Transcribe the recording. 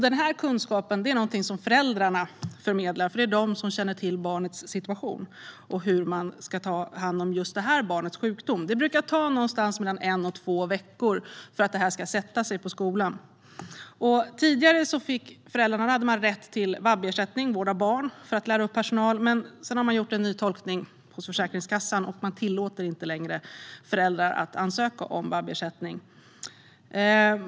Den kunskapen är det föräldrarna som förmedlar, för det är de som känner till barnets situation och hur man ska ta hand om sjukdomen. Det brukar ta mellan en och två veckor för att detta ska sätta sig på skolan. Tidigare hade föräldrar rätt till vab-ersättning - vård av barn - för att lära upp personal. Men sedan har man gjort en ny tolkning hos Försäkringskassan och tillåter inte längre att föräldrar ansöker om vab-ersättning.